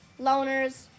loners